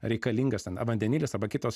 reikalingas ten vandenilis arba kitos